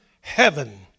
heaven